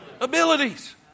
abilities